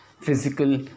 Physical